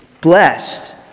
blessed